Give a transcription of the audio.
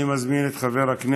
אני מזמין את חבר הכנסת